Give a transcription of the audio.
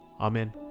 Amen